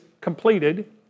completed